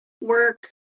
work